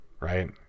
right